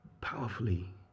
powerfully